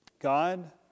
God